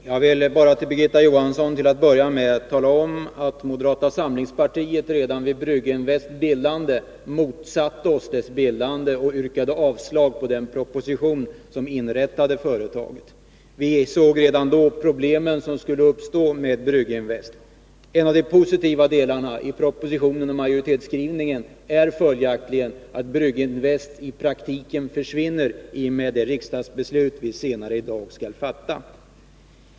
Herr talman! Jag vill bara för Birgitta Johansson till att börja med tala om att moderata samlingspartiet redan vid Brygginvests bildande motsatte sig det och yrkade avslag på den proposition som föreslog inrättandet av företaget. Vi insåg redan då de problem som skulle uppstå med Brygginvest. En av de positiva delarna i propositionen och i majoritetsskrivningen är följaktligen att Brygginvest i praktiken försvinner i och med det riksdagsbeslut vi senare i dag skall fatta.